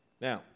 Now